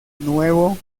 nuevo